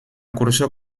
cursó